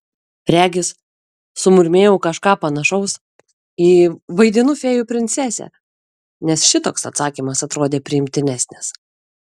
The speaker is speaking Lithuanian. regis sumurmėjau kažką panašaus į vaidinu fėjų princesę nes šitoks atsakymas atrodė priimtinesnis